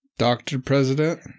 Doctor-President